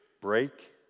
Break